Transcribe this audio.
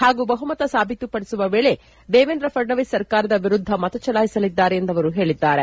ಹಾಗೂ ಬಹುಮತ ಸಾಬೀತುಪಡಿಸುವ ವೇಳೆ ದೇವೇಂದ್ರ ಫಡ್ನವೀಸ್ ಸರ್ಕಾರದ ವಿರುದ್ದ ಮತ ಚಲಾಯಿಸಲಿದ್ದಾರೆ ಎಂದು ಅವರು ಹೇಳಿದ್ದಾರೆ